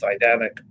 dynamic